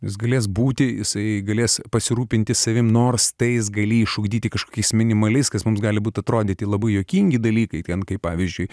galės būti jisai galės pasirūpinti savimi nors tai jis gali išugdyti kažkokiais minimaliais kas mums gali būti atrodyti labai juokingi dalykai vien kaip pavyzdžiui